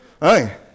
Hey